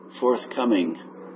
forthcoming